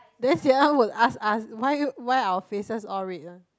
then will ask us why why our faces all red red one